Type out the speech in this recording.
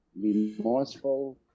remorseful